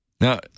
Now